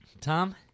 tom